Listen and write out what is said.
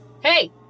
Hey